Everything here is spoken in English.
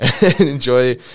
Enjoy